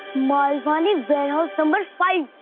malwani, warehouse number five.